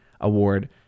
award